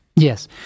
Yes